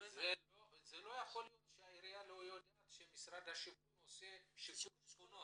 זה לא יכול להיות שהעירייה לא יודעת שמשרד השיכון עושה שיקום שכונות.